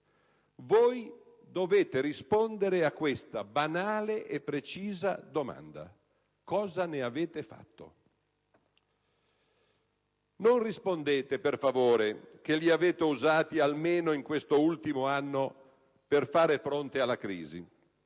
voi dovete rispondere a questa banale e precisa domanda: cosa ne avete fatto? Non rispondete, per favore, che li avete usati, almeno in questo ultimo anno, per fare fronte alla crisi: